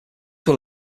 were